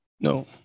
No